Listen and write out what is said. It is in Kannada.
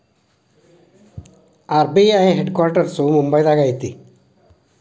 ಆರ್.ಬಿ.ಐ ಹೆಡ್ ಕ್ವಾಟ್ರಸ್ಸು ಮುಂಬೈದಾಗ ಐತಿ